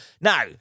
Now